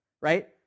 right